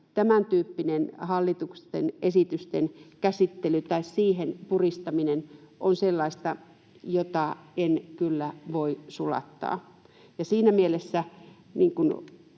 tämäntyyppinen hallituksen esitysten käsittely, siihen puristaminen, on sellaista, jota en kyllä voi sulattaa. Siinä mielessä,